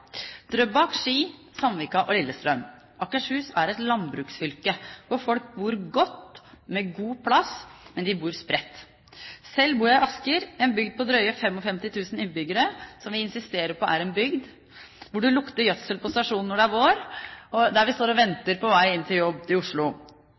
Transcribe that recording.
Drøbak, Ski, Sandvika og Lillestrøm. Akershus er et landbruksfylke, hvor folk bor godt med god plass, men de bor spredt. Selv bor jeg i Asker, en bygd på drøye 55 000 innbyggere som vi insisterer på er en bygd, hvor det lukter gjødsel på stasjonen når det er vår og vi står og